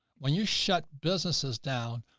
when you shut businesses down,